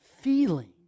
feeling